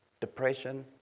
depression